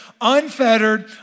unfettered